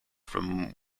from